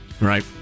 Right